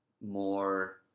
more